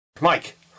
Mike